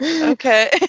Okay